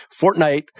Fortnite